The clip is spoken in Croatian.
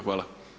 Hvala.